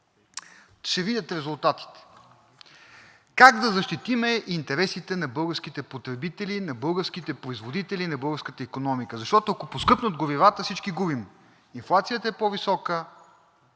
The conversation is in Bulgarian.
се видят резултатите. Как да защитим интересите на българските потребители, на българските производители и на българската икономика, защото, ако поскъпнат горивата, всички губим? Инфлацията е по-висока,